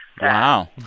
Wow